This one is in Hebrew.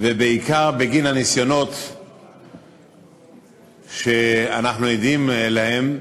בעיקר בגין הניסיונות שאנחנו עדים להם,